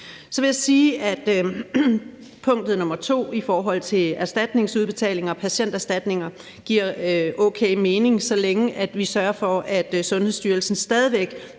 vil jeg sige, at punktet nr. 2 i forhold til patienterstatningsudbetalinger giver okay mening, så længe vi sørger for, at Sundhedsstyrelsen stadig væk